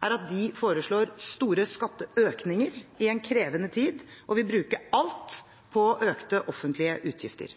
er at de foreslår store skatteøkninger i en krevende tid og vil bruke alt på økte offentlige utgifter.